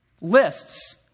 Lists